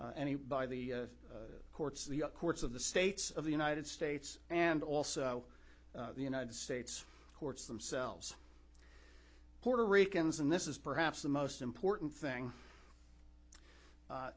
any by the courts the courts of the states of the united states and also the united states courts themselves puerto ricans and this is perhaps the most important thing